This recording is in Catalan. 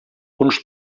uns